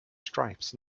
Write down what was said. stripes